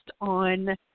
on